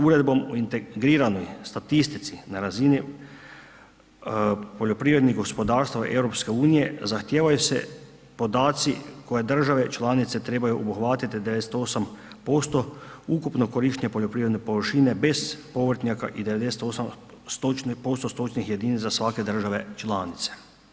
Uredbom o integriranoj statistici na razini poljoprivrednih gospodarstva EU zahtijevaju se podaci koje države članice trebaju obuhvatiti 98% ukupno korištenja poljoprivredne površine bez povrtnjaka i 98% stočnih jedinica za svake države članice.